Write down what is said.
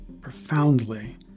profoundly